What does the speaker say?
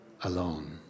Alone